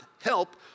help